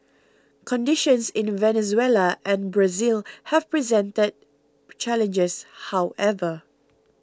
conditions in Venezuela and Brazil have presented challenges however